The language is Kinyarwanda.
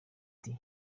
iti